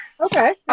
okay